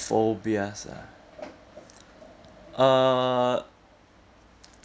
phobias ah uh